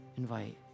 invite